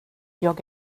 jag